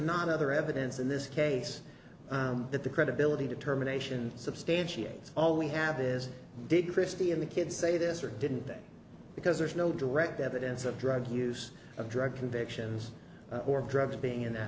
not other evidence in this case that the credibility determination substantiates all we have is did christie and the kid say this or didn't that because there's no direct evidence of drug use of drug convictions or drugs being